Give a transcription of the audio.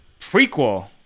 prequel